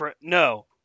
No